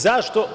Zašto?